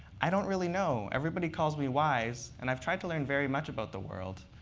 i don't really know. everybody calls me wise, and i've tried to learn very much about the world.